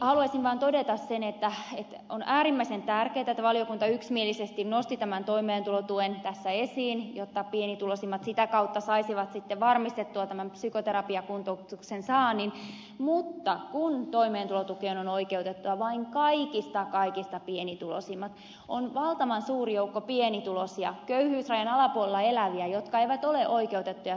haluaisin vaan todeta sen että on äärimmäisen tärkeätä että valiokunta yksimielisesti nosti tämän toimeentulotuen tässä esiin jotta pienituloisimmat sitä kautta saisivat sitten varmistettua tämän psykoterapiakuntoutuksen saannin mutta kun toimeentulotukeen ovat oikeutettuja vain kaikista kaikista pienituloisimmat on valtavan suuri joukko pienituloisia köyhyysrajan alapuolella eläviä jotka eivät ole oikeutettuja toimeentulotukeen